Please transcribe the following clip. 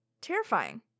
Terrifying